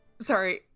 sorry